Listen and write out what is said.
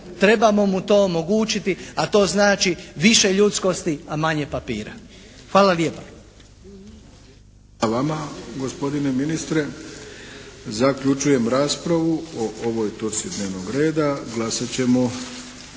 trebamo mu to omogućiti, a to znači više ljudskosti a manje papira. Hvala lijepa.